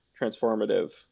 transformative